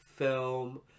film